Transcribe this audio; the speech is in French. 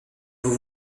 vous